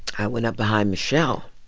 i went up behind michelle.